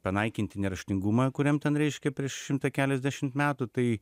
panaikinti neraštingumą kuriam ten reiškia prieš šimtą keliasdešimt metų tai